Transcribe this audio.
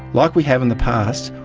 like we have in the past,